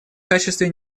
качестве